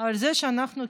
אבל אנחנו כאזרחים